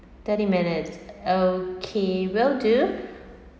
thirty minutes okay will do um